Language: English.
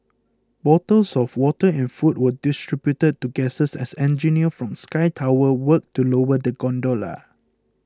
bottles of water and food were distributed to guests as engineers from Sky Tower worked to lower the gondola